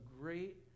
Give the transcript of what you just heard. great